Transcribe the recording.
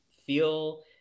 Feel